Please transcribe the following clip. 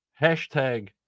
Hashtag